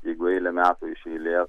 jeigu eilę metų iš eilės